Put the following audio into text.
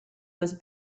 was